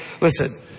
listen